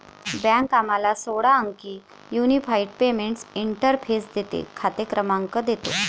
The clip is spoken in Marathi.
बँक आम्हाला सोळा अंकी युनिफाइड पेमेंट्स इंटरफेस देते, खाते क्रमांक देतो